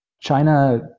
China